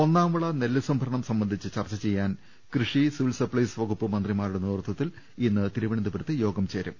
ഒന്നാം വിള നെല്ല് സംഭരണം സംബന്ധിച്ച് ചർച്ച ചെയ്യാൻ കൃഷി സിവിൽ സപ്ലൈസ് വകുപ്പ് മന്ത്രിമാരുടെ നേതൃത്വത്തിൽ ഇന്ന് തിരുവനന്തപുരത്തു യോഗം ചേരും